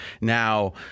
Now